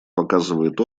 показывает